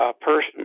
person